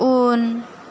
उन